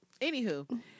Anywho